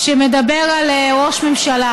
שמדבר על ראש ממשלה.